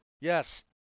Yes